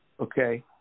Okay